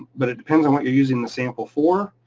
but it depends on what you're using the sample for,